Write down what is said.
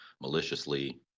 maliciously